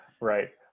Right